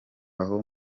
aho